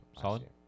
solid